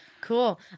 cool